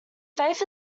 faith